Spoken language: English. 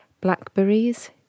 Blackberries